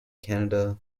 canada